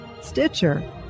Stitcher